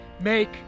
make